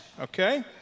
Okay